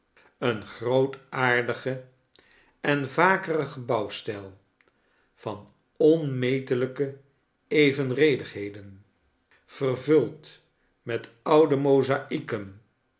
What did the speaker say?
een grootaardige en vakerige bouwstijl van onmetelijke evenredigheden verguld met oude mozaieken